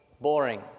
boring